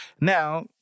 Now